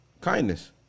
kindness